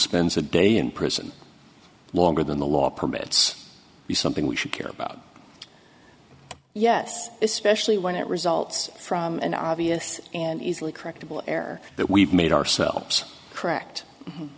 spends a day in prison longer than the law permits you something we should care about yes especially when it results from an obvious and easily correctable error that we've made ourselves correct